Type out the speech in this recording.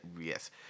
yes